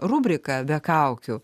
rubrika be kaukių